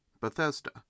Bethesda